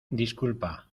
disculpa